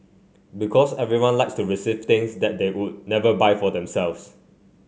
because everyone likes to receive things that they would never buy for themselves